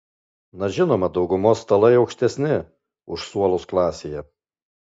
na žinoma daugumos stalai aukštesni už suolus klasėje